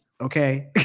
Okay